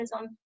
on